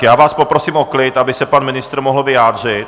Já vás poprosím o klid, aby se pan ministr mohl vyjádřit.